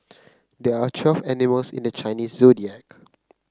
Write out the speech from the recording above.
there are twelve animals in the Chinese Zodiac